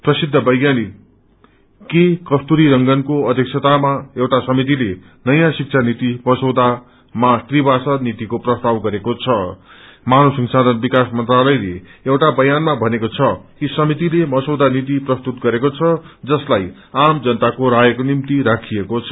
प्रसिद्ध वैज्ञानिक के कस्तुरीरंगनको अध्यक्षातमा एउटा समितिले नयाँ शिक्षा नीति मसौदामा त्रिभाषी नीतिको प्रसताव गरेको छं मानव संसाधन विकास मंत्रालयले एउटा बयानमा भनेको छ कि समितिले मसौदा नीति प्रस्तुत गरेको द जसलाइ आम जनताको रायको निम्ति राखिएको छ